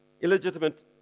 Illegitimate